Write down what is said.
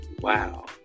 Wow